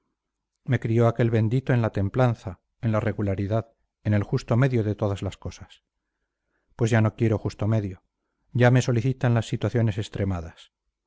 me crió aquel bendito en la templanza en la regularidad en el justo medio de todas las cosas pues ya no quiero justo medio ya me solicitan las situaciones extremadas